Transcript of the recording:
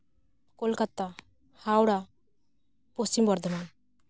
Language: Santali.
ᱠᱳᱞᱠᱟᱛᱟ ᱦᱟᱣᱲᱟ ᱯᱚᱪᱷᱤᱢ ᱵᱚᱨᱫᱷᱚᱢᱟᱱ